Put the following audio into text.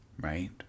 right